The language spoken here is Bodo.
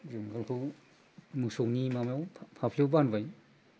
मोसौनि माबाखौ फाफ्लियाव बानबाय